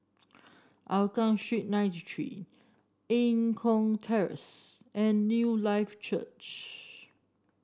Hougang Street ninety three Eng Kong Terrace and Newlife Church